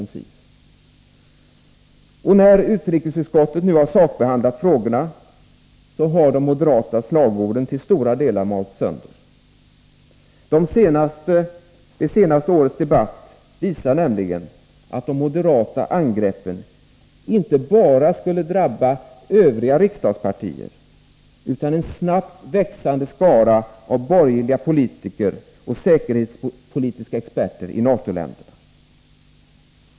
När utrikesutskottet nu har sakbehandlat frågorna har de moderata slagorden till största delen malts sönder. Det senaste årets debatt visar nämligen att de moderata angreppen inte bara skulle drabba övriga riksdagspartier utan en snabbt växande skara av borgerliga politiker och säkerhetspolitiska experter i NATO-länderna.